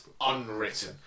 unwritten